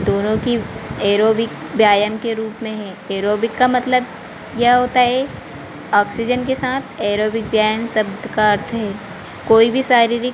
दोनों की एरोबिक व्यायाम के रूप में है एरोबिक का मतलब यह होता है ऑक्सीजन के साथ एरोबिक व्यायाम शब्द का अर्थ है कोई भी शारीरिक